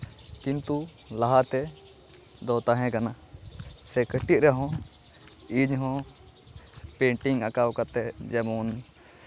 ᱠᱤᱱᱛᱩ ᱞᱟᱦᱟᱛᱮ ᱫᱚ ᱛᱟᱦᱮᱸ ᱠᱟᱱᱟ ᱥᱮ ᱠᱟᱹᱴᱤᱡ ᱨᱮᱦᱚᱸ ᱤᱧᱦᱚᱸ ᱯᱮᱱᱴᱤᱝ ᱟᱸᱠᱟᱣ ᱠᱟᱛᱮᱫ ᱡᱮᱢᱚᱱ